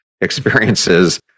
experiences